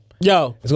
Yo